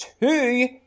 two